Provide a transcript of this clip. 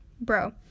Bro